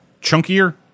chunkier